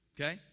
Okay